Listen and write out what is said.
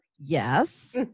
Yes